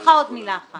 ברשותך עוד מילה אחת.